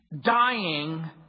dying